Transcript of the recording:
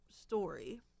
story